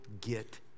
get